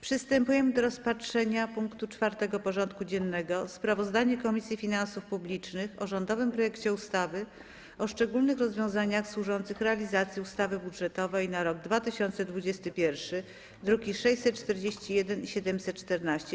Przystępujemy do rozpatrzenia punktu 4. porządku dziennego: Sprawozdanie Komisji Finansów Publicznych o rządowym projekcie ustawy o szczególnych rozwiązaniach służących realizacji ustawy budżetowej na rok 2021 (druki nr 641 i 714)